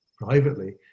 privately